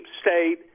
state